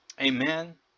Amen